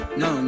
no